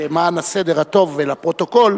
למען הסדר הטוב ולפרוטוקול,